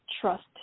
trust